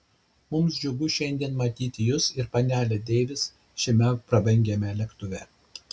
mums džiugu šiandien matyti jus ir panelę deivis šiame prabangiame lėktuve